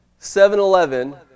7-Eleven